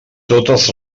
totes